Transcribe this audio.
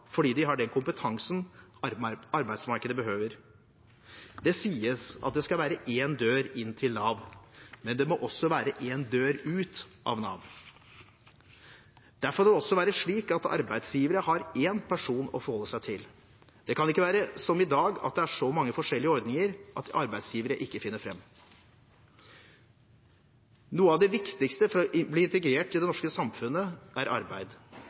fordi de har den kompetansen arbeidsmarkedet behøver. Det sies at det skal være én dør inn til Nav, men det må også være én dør ut av Nav. Derfor må det også være slik at arbeidsgivere har én person å forholde seg til. Det kan ikke være som i dag at det er så mange forskjellige ordninger at arbeidsgivere ikke finner fram. Noe av det viktigste for å bli integrert i det norske samfunnet er arbeid.